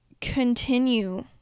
continue